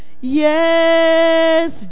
Yes